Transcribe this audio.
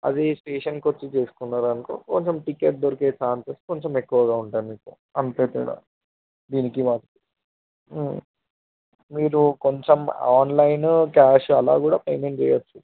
అదే స్టేషన్కు వచ్చి చేసుకున్నారు అనుకో కొంచెం టికెట్ దొరికే ఛాన్సెస్ కొంచెం ఎక్కువగా ఉంటాయి మీకు అంతే తేడా దీనికి దానికి మీరు కొంచెం ఆన్లైన్ క్యాష్ అలా కూడా పేమెంట్ చేయచ్చు